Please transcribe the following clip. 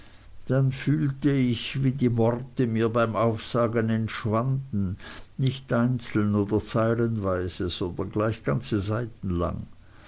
dann fühlte ich wie die worte mir beim aufsagen entschwanden nicht einzeln oder zeilenweise sondern gleich ganze seiten lang